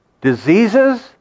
diseases